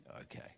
Okay